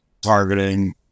targeting